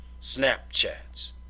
Snapchats